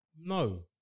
No